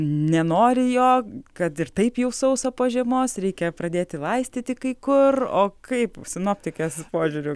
nenori jo kad ir taip jau sausa po žiemos reikia pradėti laistyti kai kur o kaip sinoptikės požiūriu